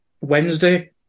Wednesday